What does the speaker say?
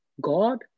God